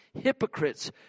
hypocrites